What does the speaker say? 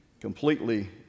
completely